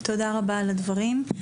תודה רבה על הדברים.